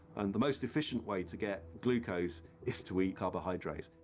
and the most efficient way to get glucose is to eat carbohydrates.